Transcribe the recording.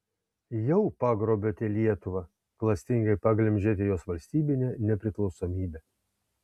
jau pagrobėte lietuvą klastingai paglemžėte jos valstybinę nepriklausomybę